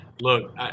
Look